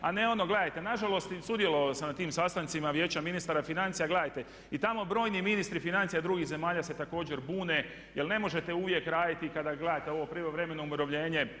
A ne ono, gledajte, nažalost i sudjelovao sam na tim sastancima Vijeća ministara financija, gledajte i tamo brojni ministri financija drugih zemalja se također bune jer ne možete uvijek raditi kada gledate ovo prijevremeno umirovljene.